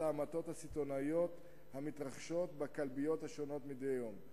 ההמתות הסיטוניות המתרחשות בכלביות השונות מדי יום.